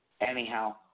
anyhow